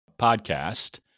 podcast